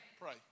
Pray